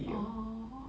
orh